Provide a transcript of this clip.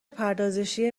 پردازشی